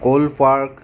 ক'ল park